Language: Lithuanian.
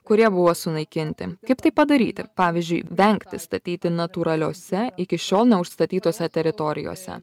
kurie buvo sunaikinti kaip tai padaryti pavyzdžiui vengti statyti natūraliose iki šiol neužstatytose teritorijose